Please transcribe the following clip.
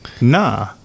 Nah